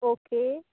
okay